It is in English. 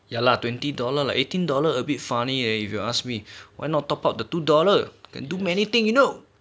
ya lah twenty dollar like eighteen dollar a bit funny eh if you ask me why not top up the two dollar can do many thing you know